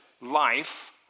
life